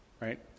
right